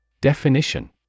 Definition